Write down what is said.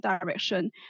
direction